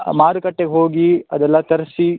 ಆ ಮಾರುಕಟ್ಟೆಗೆ ಹೋಗಿ ಅದೆಲ್ಲ ತರಿಸಿ